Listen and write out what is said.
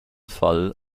fall